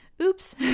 oops